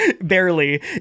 barely